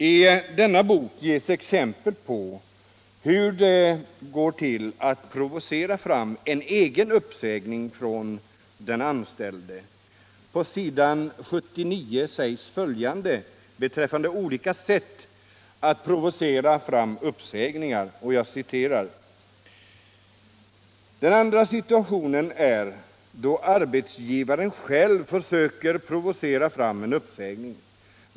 I denna bok ges exempel på hur det går till att provocera fram en egen uppsägning från den anställde. På s. 79 sägs följande beträffande olika sätt att provocera fram uppsägningar: ”Den andra situationen är då arbetsgivaren själv försöker provocera fram en uppsägning.